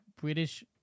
British